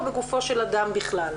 או בגופו של אדם בכלל.